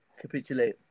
capitulate